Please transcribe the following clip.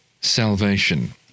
Salvation